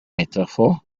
metaphor